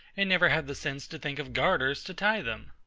and never have the sense to think of garters to tie them.